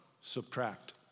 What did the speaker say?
Subtract